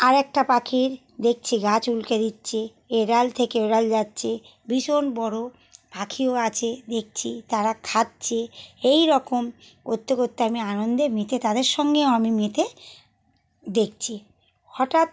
আর একটা পাখির দেখছি গা চুলকে দিচ্ছে এ ডাল থেকে ও ডাল যাচ্ছে ভীষণ বড়ো পাখিও আছে দেখছি তারা খাচ্ছে এই রকম করতে করতে আমি আনন্দে মেতে তাদের সঙ্গে আমি মেতে দেখছি হঠাৎ